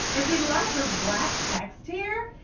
i see lots of black text here.